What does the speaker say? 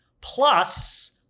plus